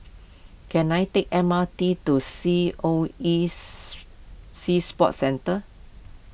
can I take the M R T to C O E Sea Sports Centre